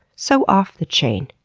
so off the chain,